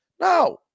No